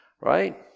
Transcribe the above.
Right